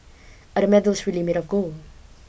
are the medals really made of gold